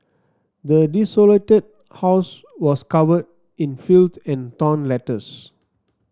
the desolated house was covered in filth and torn letters